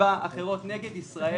איבה אחרות נגד ישראל,